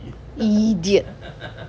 idiot